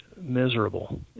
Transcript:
miserable